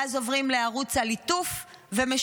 ואז עוברים לערוץ הליטוף ומשקרים.